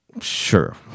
Sure